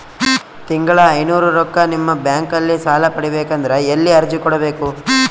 ತಿಂಗಳ ಐನೂರು ರೊಕ್ಕ ನಿಮ್ಮ ಬ್ಯಾಂಕ್ ಅಲ್ಲಿ ಸಾಲ ಪಡಿಬೇಕಂದರ ಎಲ್ಲ ಅರ್ಜಿ ಕೊಡಬೇಕು?